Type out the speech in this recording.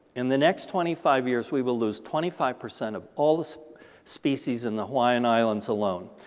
in the next twenty five years, we will lose twenty five percent of all the species in the hawaiian islands alone.